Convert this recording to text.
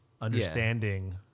understanding